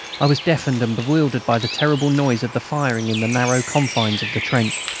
i was deafened and bewildered by the terrible noise of the firing in the narrow confines of the trench.